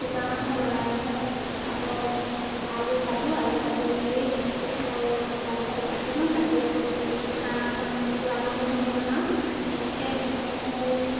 কুকুৰা মাংস বনাবলৈ হ'লে আকৌ আলু কাটো আলু কাটি মেলি আকৌ আলু চালু কাটি থওঁ কাটি আকৌ কু হাঁহ মাংস কুকুৰা মাংসখিনি বনাওঁ তেনেকৈ বনাই মেলি